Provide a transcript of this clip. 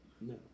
no